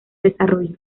desarrollo